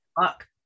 fuck